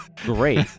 great